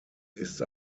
ist